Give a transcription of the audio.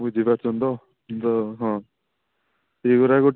ବୁଝିପାରୁଛନ୍ତି ତ ହଁ ସେଇଗୁଡ଼ାକ ଟିକେ